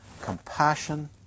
compassion